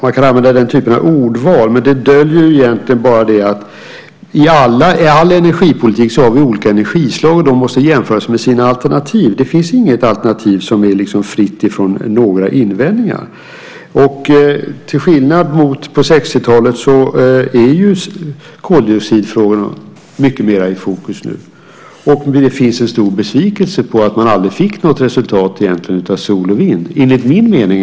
Man kan använda den typen av ordval, men det döljer egentligen bara att vi i all energipolitik har olika energislag. De måste jämföras med sina alternativ. Det finns inget alternativ som liksom är fritt från invändningar. Till skillnad från hur det var på 1960-talet är koldioxidfrågorna nu mycket mera i fokus. Det finns en stor besvikelse över att man egentligen aldrig fick något resultat av sol och vind - i alla fall enligt min mening.